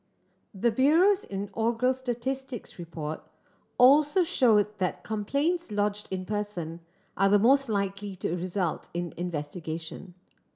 the bureau's inaugural statistics report also show that complaints lodged in person are the most likely to result in investigation